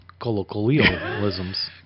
colloquialisms